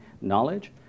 knowledge